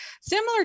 Similar